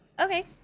okay